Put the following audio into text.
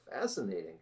fascinating